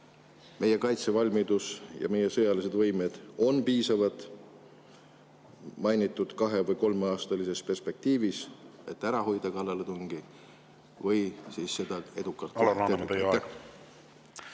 meie kaitsevalmidus ja meie sõjalised võimed on piisavad mainitud kahe‑ või kolmeaastases perspektiivis, et kallaletungi ära hoida või seda edukalt